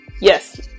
Yes